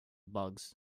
bugs